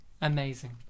amazing